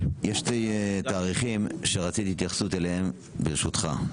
יש תאריכים שרציתי לקבל התייחסות לגביהם, ברשותך.